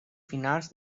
finals